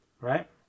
right